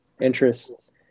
interest